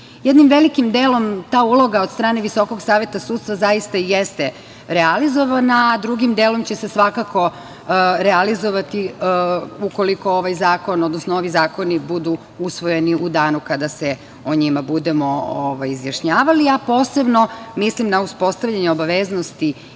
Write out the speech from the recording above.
sudija. Jednim velikim delom ta uloga od strane Visokog saveta sudstva zaista i jeste realizovana, a drugim delom će se svakako realizovati ukoliko ovaj zakon, odnosno ovi zakoni budu usvojeni u danu kada se o njima budemo izjašnjavali, a posebno mislim na uspostavljanje obaveznosti